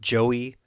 Joey